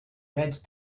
red